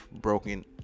broken